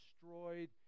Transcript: destroyed